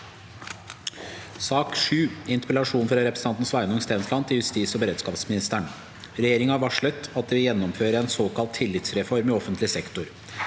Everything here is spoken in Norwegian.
Interpellasjon fra representanten Sveinung Stens- land til justis- og beredskapsministeren: «Regjeringen har varslet at de vil gjennomføre en såkalt tillitsreform i offentlig sektor.